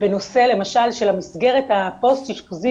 בנושא למשל של המסגרת הפוסט אשפוזית